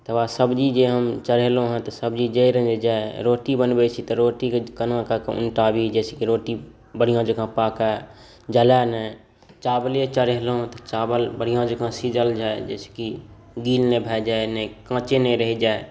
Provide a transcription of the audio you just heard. तबे सब्जी जे हम चढ़ेलहुँ हेँ से सब्जी जरि नहि जाय रोटी बनबै छी तँ रोटीके केनाकऽ कए उलटाबी जे रोटी बढ़िऑं सॅं पाकय जरय नहि चावले चढ़ेलहुँ तऽ चावल बढ़िऑं जकाँ सीझल जाय जाहिसॅं कि गील नहि भऽ जाय काँचे नहि रहि जाय